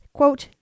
quote